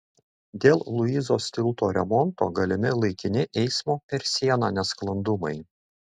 dėl luizos tilto remonto galimi laikini eismo per sieną nesklandumai